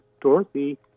Dorothy